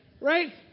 Right